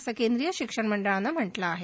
असं केंद्रीय शिक्षण मंडळानं म्हटलं आह